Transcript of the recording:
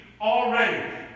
already